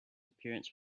appearance